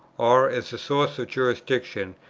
or as the source of jurisdiction,